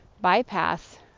bypass